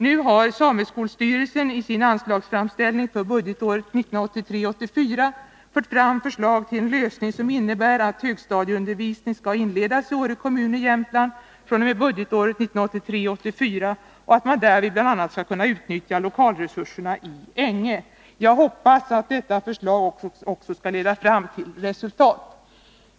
Nu har sameskolstyrelsen i sin anslagsframställning för budgetåret 1983 84 och att man därvid bl.a. skall kunna utnyttja lokalresurserna i Änge. Jag hoppas att detta förslag också skall leda till resultat.